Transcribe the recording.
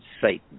Satan